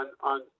on